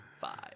five